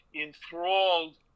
enthralled